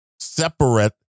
Separate